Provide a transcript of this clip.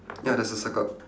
ya there's a circle